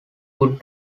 could